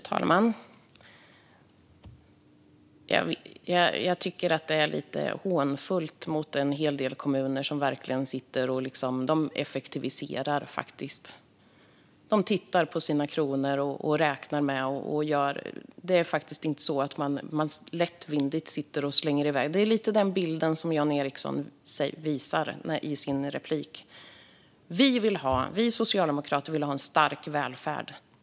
Fru talman! Jag tycker att det är lite hånfullt mot en hel del kommuner som verkligen effektiviserar. De tittar på sina kronor och räknar. Det är faktiskt inte så att man lättvindigt slänger iväg pengar. Det är lite den bilden som Jan Ericson visar i sin replik. Vi socialdemokrater vill ha en stark välfärd.